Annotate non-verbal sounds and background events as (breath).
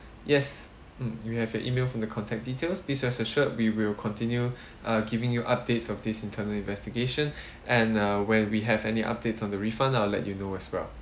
yes mm we have your email from the contact details please rest assured we will continue (breath) uh giving you updates of these internal investigation and uh when we have any updates on the refund I'll let you know as well